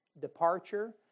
departure